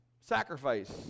sacrifice